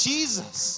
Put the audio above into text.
Jesus